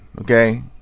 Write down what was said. Okay